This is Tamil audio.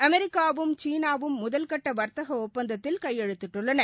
அமெரிக்காவும் சீனாவும் முதல் கட்ட வர்த்தக ஒப்பந்தத்தில் கையெழுத்திட்டுள்ளன